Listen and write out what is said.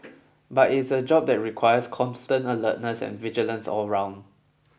but it's a job that requires constant alertness and vigilance all round